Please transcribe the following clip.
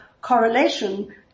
correlation